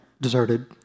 deserted